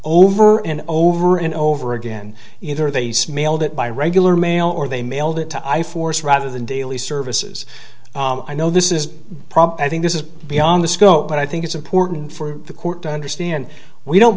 over and over and over again either they smelled it by regular mail or they mailed it to i force rather than daily services i know this is probably i think this is beyond the scope but i think it's important for the court to understand we don't